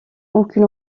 aucune